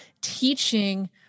teaching